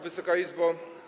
Wysoka Izbo!